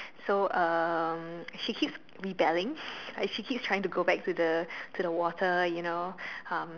so um she keeps rebelling like she keeps trying to go back to the to the water you know um